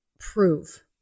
prove